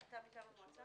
אני מנכ"ל המועצה.